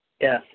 Yes